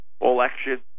election